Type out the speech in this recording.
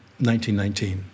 1919